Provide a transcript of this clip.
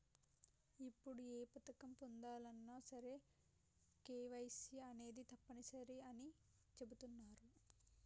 ఇప్పుడు ఏ పథకం పొందాలన్నా సరే కేవైసీ అనేది తప్పనిసరి అని చెబుతున్నరు